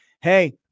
hey